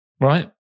Right